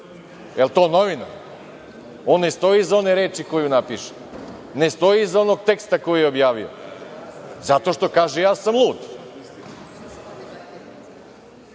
li je to novinar? On ne stoji iza one reči koju napiše, ne stoji iza onog teksta koji je objavio zato što kaže – ja sam lud.